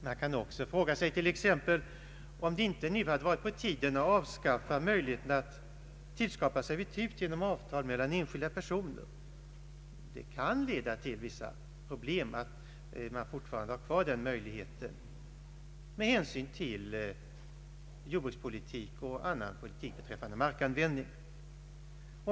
Man kan också fråga sig t.ex. om det inte nu hade varit på tiden att avskaffa möjligheten att bilda servitut genom avtal mellan enskilda personer. Att man fortfarande har kvar den möjligheten kan leda till vissa problem med hänsyn till jordbrukspolitik och annan politik beträffande markanvändning.